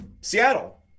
Seattle